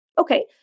Okay